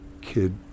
kid